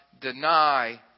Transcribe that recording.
deny